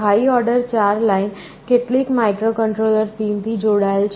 high order 4 line કેટલીક માઇક્રોકન્ટ્રોલર પિનથી જોડાયેલ છે